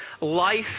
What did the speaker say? life